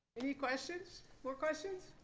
any questions? more questions?